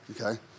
okay